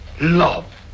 Love